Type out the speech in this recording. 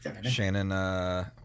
Shannon